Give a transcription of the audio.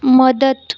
मदत